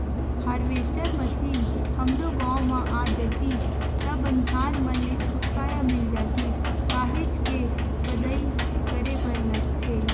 harvester machine हमरो गाँव म आ जातिस त बनिहार मन ले छुटकारा मिल जातिस काहेच के पदई करे बर लगथे